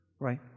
right